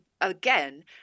again